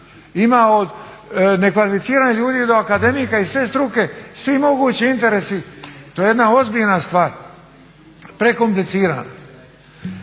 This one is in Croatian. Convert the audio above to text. Ima od nekvalificiranih ljudi do akademika i sve struke, svi mogući interesi, to je jedna ozbiljna stvar, prekomplicirana.